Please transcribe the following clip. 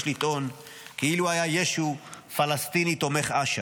לטעון כאילו ישו היה פלסטיני תומך אש"ף.